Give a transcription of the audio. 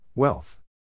Wealth